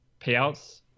payouts